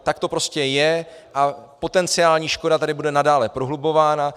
Tak to prostě je a potenciální škoda tady bude nadále prohlubována.